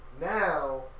Now